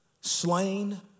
Slain